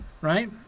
right